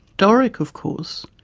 doric, of course,